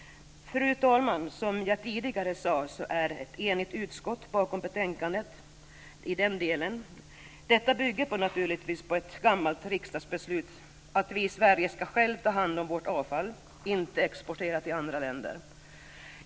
Fru talman! Som jag tidigare sade är det ett nästan enigt utskott som står bakom betänkandet. Detta bygger naturligtvis på ett gammalt riksdagsbeslut, att vi i Sverige själva ska ta hand om vårt avfall, inte exportera det till andra länder.